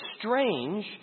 strange